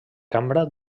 cambra